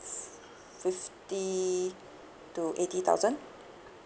fifty to eighty thousand